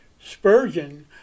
Spurgeon